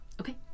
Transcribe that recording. Okay